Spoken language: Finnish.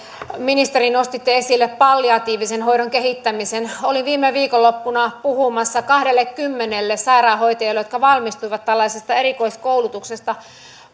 ministeri nostitte esille palliatiivisen hoidon kehittämisen olin viime viikonloppuna puhumassa kahdellekymmenelle sairaanhoitajalle jotka valmistuivat tällaisesta erikoiskoulutuksesta